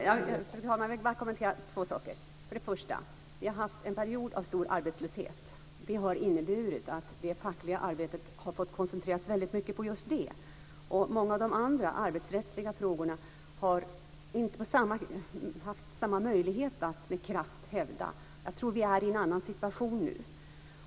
Fru talman! Jag vill kommentera två saker. Vi har haft en period av stor arbetslöshet. Det har inneburit att det fackliga arbetet har fått koncentreras mycket på det, och många av de andra arbetsrättsliga frågorna har inte kunnat hävdas med samma kraft. Jag tror att vi är i en annan situation nu.